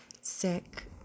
sick